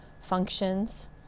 functions